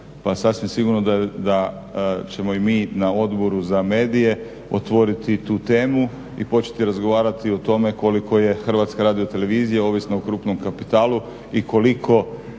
sasvim sigurno da ćemo i mi na Odboru za medije otvoriti tu temu i početi razgovarati o tome koliko je HTV ovisna o krupnom kapitalu i koliko